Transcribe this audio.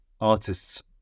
artists